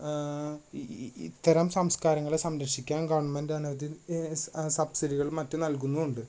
E ഇ ഇത്തരം സംസ്ക്കാരങ്ങളെ സംരക്ഷിക്കാൻ ഗവൺമെൻറ്റ് അനവധി സബ്സിഡികളും മറ്റും നൽകുന്നും ഉണ്ട്